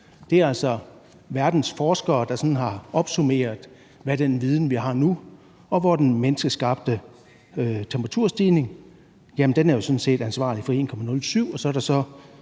Det er altså verdens forskere, der sådan har opsummeret med den viden, vi har nu, at den menneskeskabte temperaturstigning sådan set er ansvarlig for 1,07 grader, og så